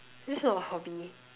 that is not a hobby